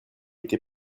été